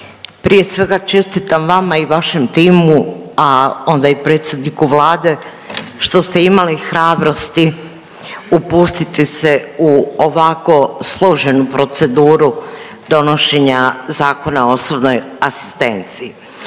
prije svega čestitam vama i vašem timu, a onda i predsjedniku Vlade što ste imali hrabrosti upustiti se u ovako složenu proceduru donošenja Zakona o osobnoj asistenciji.